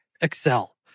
Excel